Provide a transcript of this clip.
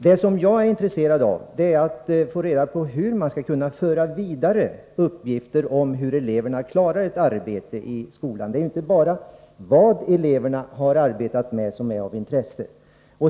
Det som jag är intresserad av är att få reda på hur man skall kunna föra vidare uppgifter om hur eleverna klarar ett arbete i skolan. Det är ju inte bara vad eleverna har arbetat med som är av intresse.